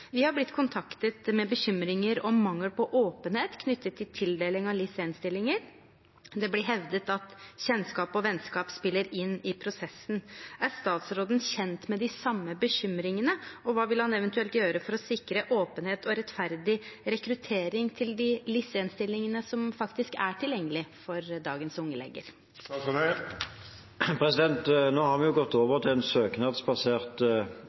Vi har blitt kontaktet med bekymringer om mangel på åpenhet knyttet til tildeling av LIS1-stillinger. Det blir hevdet at kjennskap og vennskap spiller inn i prosessen. Er statsråden kjent med de samme bekymringene, og hva vil han eventuelt gjøre for å sikre åpenhet og rettferdig rekruttering til de LIS1-stillingene som faktisk er tilgjengelige for dagens unge leger? Nå har vi jo gått over til en søknadsbasert